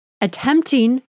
attempting